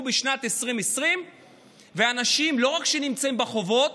בשנת 2020. והאנשים לא רק נמצאים בחובות,